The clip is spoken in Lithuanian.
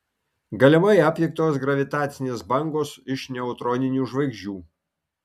galimai aptiktos gravitacinės bangos iš neutroninių žvaigždžių